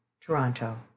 toronto